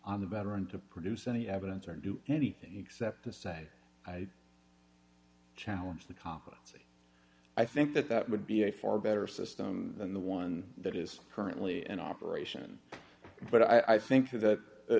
on the veteran to produce any evidence or do anything except to say i challenge the competency i think that that would be a far better system than the one that is currently in operation but i think that